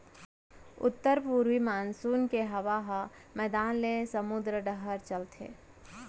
उत्तर पूरवी मानसून के हवा ह मैदान ले समुंद डहर चलथे